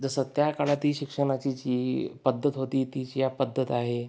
जसं त्या काळात शिक्षणाची जी पद्धत होती तीच या पद्धत आहे